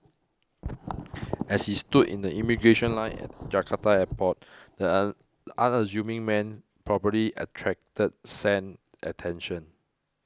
as he stood in the immigration line at Jakarta airport the unassuming man probably attracted scant attention